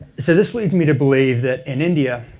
so this leads me to believe that in india,